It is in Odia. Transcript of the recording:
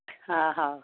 ହଁ ହେଉ